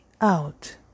out